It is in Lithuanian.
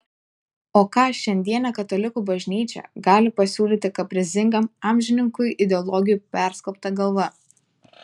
o ką šiandienė katalikų bažnyčia gali pasiūlyti kaprizingam amžininkui ideologijų perskalbta galva